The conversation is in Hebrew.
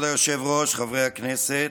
כבוד היושב-ראש, חברי הכנסת,